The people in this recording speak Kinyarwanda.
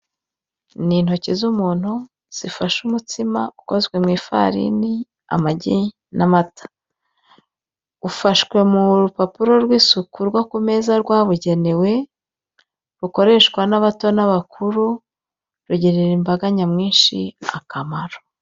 Ni intoki z'umuntu, zifasha umutsima ukozwe mu ifarini, amagi n'amata. Ufashwe mu rupapuro rw'isuku rwo ku meza rwabugenewe, rukoreshwa n'abato n'abakuru, rugira imbaga nyamwinshi akamaro.